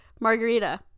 Margarita